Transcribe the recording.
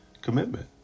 commitment